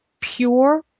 pure